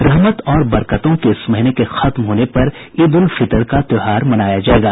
रहमत और बरकतों के इस महीने के खत्म होने पर ईद उल फितर का त्योहार मनाया जायेगा